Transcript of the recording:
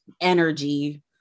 energy